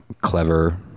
clever